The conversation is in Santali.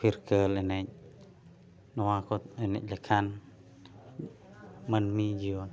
ᱯᱷᱤᱨᱠᱟᱹᱞ ᱮᱱᱮᱡ ᱱᱚᱣᱟ ᱠᱚ ᱮᱱᱮᱡ ᱞᱮᱠᱷᱟᱱ ᱢᱟᱹᱱᱢᱤ ᱡᱤᱭᱚᱱ